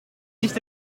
nicht